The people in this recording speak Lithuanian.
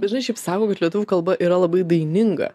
bet žinai šiaip sako kad lietuvių kalba yra labai daininga